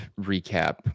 recap